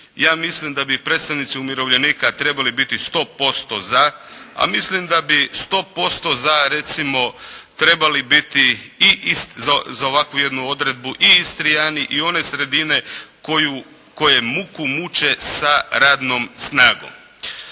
ja mislim da bi i predstavnici umirovljenika trebali biti 100% za a mislim da bi 100% za recimo trebali biti i za ovakvu jednu odredbu i Istrijani i one sredine koju, koje muku muče sa radnom snagom